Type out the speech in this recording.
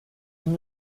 uno